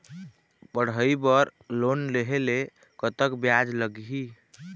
पढ़ई बर लोन लेहे ले कतक ब्याज लगही?